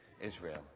Israel